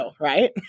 right